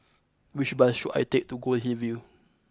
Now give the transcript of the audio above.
which bus should I take to Goldhill View